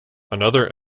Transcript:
another